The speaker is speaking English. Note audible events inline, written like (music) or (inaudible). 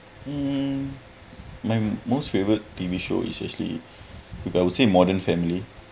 hmm my most favourite T_V show is actually (breath) well I'd say modern family